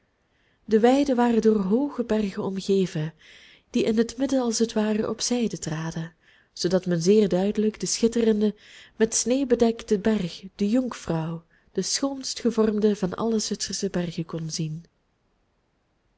de weiden waren door hooge bergen omgeven die in het midden als het ware op zijde traden zoodat men zeer duidelijk den schitterenden met sneeuw bedekten berg de jungfrau de schoonst gevormde van alle zwitsersche bergen kon zien